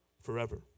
forever